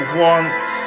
want